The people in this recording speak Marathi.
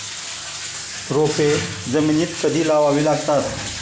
रोपे जमिनीत कधी लावावी लागतात?